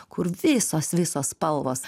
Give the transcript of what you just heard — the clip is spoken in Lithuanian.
kur visos visos spalvos